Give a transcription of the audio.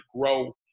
grow